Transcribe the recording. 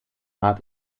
art